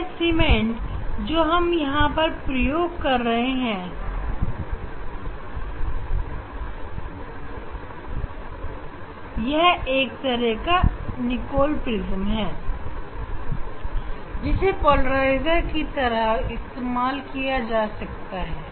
यह सीट जो हम यहां पर प्रयोग कर रहे हैं यह एक तरह का निकोल प्रिज्म है जिसे पोलराइजर के तरह भी इस्तेमाल किया जा सकता है